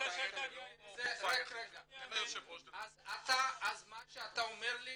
--- מה שאתה אומר לי